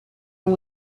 and